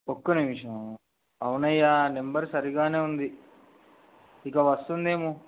ఒక్క నిమిషం అవునయ్య ఆ నెంబర్ సరిగానే ఉంది ఇక వస్తుందేమో